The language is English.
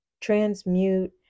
transmute